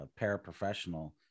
paraprofessional